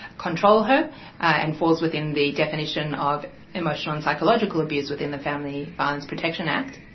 control her and falls within the definition of emotional and psychological abuse within the family violence protection act.